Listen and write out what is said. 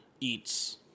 eats